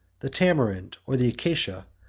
the tamarind or the acacia,